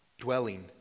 dwelling